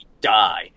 die